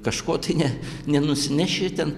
kažko tai ne nenusineši ten